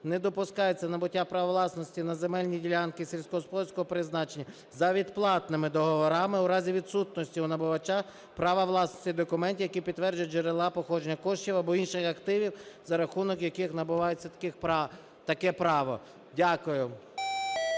Не допускається набуття права власності на земельні ділянки сільськогосподарського призначення за відплатними договорами у разі відсутності у набувача права власності документів, які підтверджують джерела походження коштів або інших активів, за рахунок яких набувається таке право". Дякую.